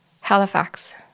Halifax